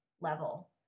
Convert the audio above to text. level